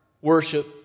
worship